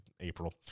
April